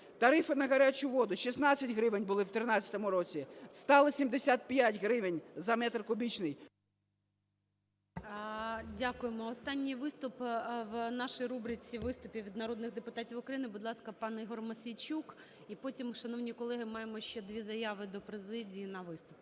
Тарифи на гарячу воду: 16 гривень були в 13-му році, стали 75 гривень за метр кубічний… ГОЛОВУЮЧИЙ. Дякуємо. Останній виступ в нашій рубриці виступів від народних депутатів України. Будь ласка, пан Ігор Мосійчук. І потім, шановні колеги, маємо ще дві заяви до президії на виступи.